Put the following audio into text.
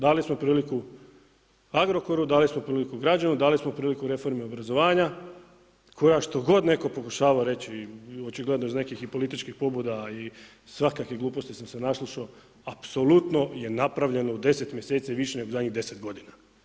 Dali smo priliku Agrokoru, dali smo priliku, ... dali smo priliku reformi obrazovanja, koja što god netko pokušavao reći, očigledno iz nekih i političkih pobuda i svakakvih gluposti sam se naslušao, apsolutno je napravljeno u 10 mjeseci više nego u zadnjih 10 godina.